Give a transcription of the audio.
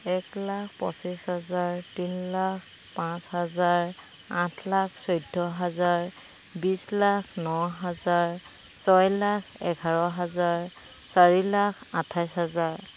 এক লাখ পঁচিছ হাজাৰ তিনি লাখ পাঁচ হাজাৰ আঠ লাখ চৈধ্য হাজাৰ বিছ লাখ ন হাজাৰ ছয় লাখ এঘাৰ হাজাৰ চাৰি লাখ আঠাইছ হাজাৰ